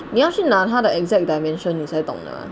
你要是那他的 exact dimensions 你才懂得的